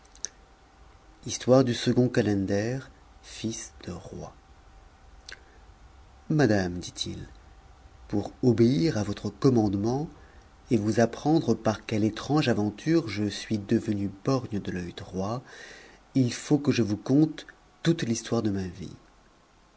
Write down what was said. histoire du second calender fils de roi madame dit-il pour obéir à votre commandement et vous apprendre par quelle étrange aventure je suis devenu borgne de l'oeil droit il faut que je vous conte toute l'histoire de ma vie